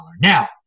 Now